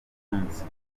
munsi